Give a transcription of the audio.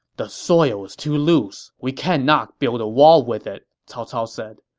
the soil is too loose. we cannot build a wall with it, cao cao said.